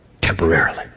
Temporarily